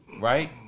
right